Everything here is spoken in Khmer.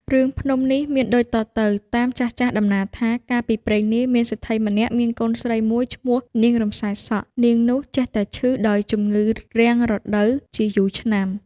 រឿងព្រេងភ្នំនេះ មានដូចតទៅ តាមចាស់ៗដំណាលថា កាលពីព្រេងនាយ មានសេដ្ឋីម្នាក់មានកូនស្រីមួយឈ្មោះនាង រំសាយសក់ នាង នោះចេះតែឈឺដោយជំងឺរាំងរដូវជាយូរឆ្នាំ ។